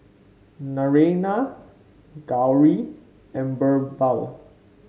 Naraina Gauri and BirbaL